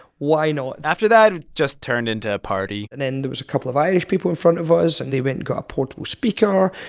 why not? after that, it just turned into a party and then there was a couple of irish people in front of us, and they went and got a portable speaker.